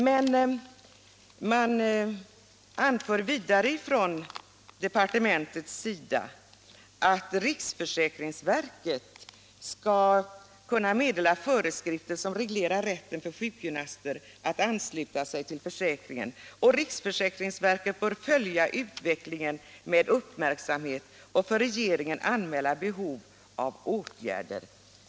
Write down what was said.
Departementschefen anför vidare att riksförsäkringsverket skall kunna meddela föreskrifter som reglerar rätten för sjukgymnaster att ansluta sig till försäkringen och att riksförsäkringsverket bör följa utvecklingen med uppmärksamhet och för regeringen anmäla behov av åtgärder.